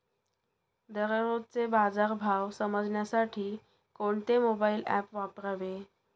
दररोजचे बाजार भाव समजण्यासाठी कोणते मोबाईल ॲप वापरावे?